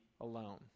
alone